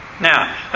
Now